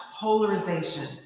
polarization